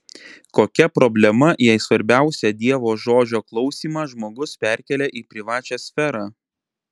kokia problema jei svarbiausią dievo žodžio klausymą žmogus perkelia į privačią sferą